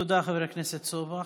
תודה, חבר הכנסת סובה.